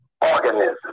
Organism